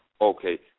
Okay